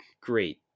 great